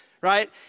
right